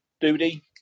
duty